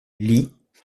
lit